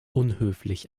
unhöflich